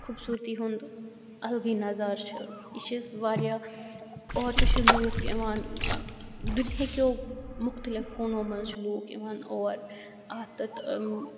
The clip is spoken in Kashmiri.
خُوبصُورتِی ہُنٛد اَلگٕے نظارٕ چھِ یہِ چھِ اَسہِ واریاہ اورٕ تہِ چھِ لُکھ یِوان دُنیہِ کؠو مُختٔلِف کُونو منٛز چھِ لُکھ یِوان اورٕ اَتھ تہٕ یِم